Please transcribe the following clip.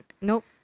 nope